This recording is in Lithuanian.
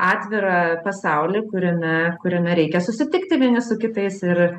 atvirą pasaulį kuriame kuriame reikia susitikti vieni su kitais ir